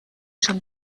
schon